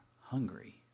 hungry